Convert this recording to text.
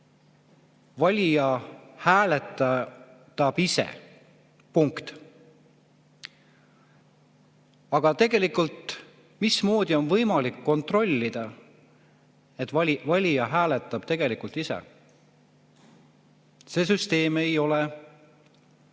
"Valija hääletab ise." Aga tegelikult mismoodi on võimalik kontrollida, et valija hääletab ise? See süsteem ei ole korrektne.